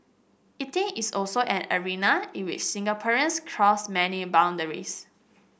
eating is also an arena in which Singaporeans cross many boundaries